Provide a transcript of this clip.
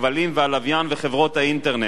הכבלים והלוויין וחברות האינטרנט,